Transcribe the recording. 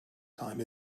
time